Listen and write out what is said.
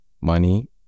money